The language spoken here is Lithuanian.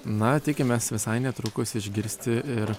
na tikimės visai netrukus išgirsti ir